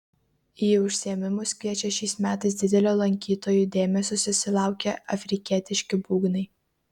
į užsiėmimus kviečia šiais metais didelio lankytojų dėmesio susilaukę afrikietiški būgnai